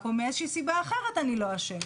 או מאיזה שהיא סיבה אחרת אני לא אשם.